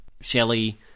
Shelley